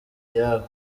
iyabo